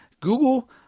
Google